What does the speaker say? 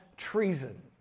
Treason